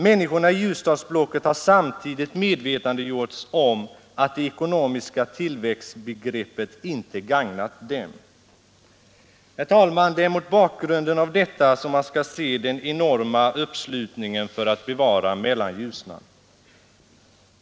Människorna i Ljusdalsblocket har samtidigt medvetandegjorts om att det ekonomiska tillväxtbegreppet inte har gagnat dem. Herr talman! Det är mot bakgrunden av detta som man skall se den enorma uppslutningen för att bevara Mellanljusnan.